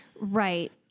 Right